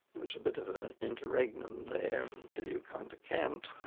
there was a bit of an interregnum there until you come to kant,